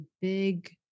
big